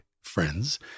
friends